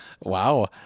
Wow